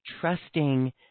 trusting